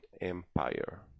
empire